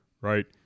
right